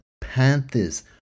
Panthers